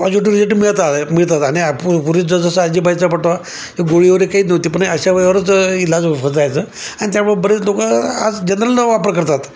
positive result मिळतात मिळतात आणि आ पु पूर्वीचा जसा आजीबाईचा बटवा हे गोळीवगैरे काही नव्हती पण अशा वेळेवरच इलाज होत जायचं आणि त्यामुळे बरेच लोक आज जनरल वापर करतात